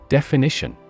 Definition